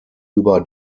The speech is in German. über